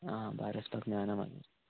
आं भायर वसपाक मेळना मात